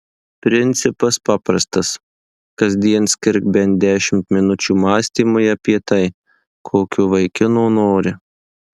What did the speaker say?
principas paprastas kasdien skirk bent dešimt minučių mąstymui apie tai kokio vaikino nori